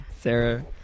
Sarah